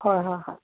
ꯍꯣꯏ ꯍꯣꯏ ꯍꯣꯏ